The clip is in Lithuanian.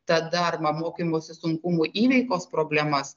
tada arba mokymosi sunkumų įveikos problemas